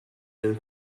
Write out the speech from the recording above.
and